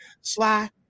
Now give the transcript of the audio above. Sly